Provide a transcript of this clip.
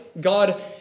God